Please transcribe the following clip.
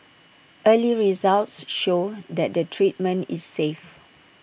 early results show that the treatment is safe